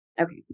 Okay